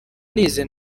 nize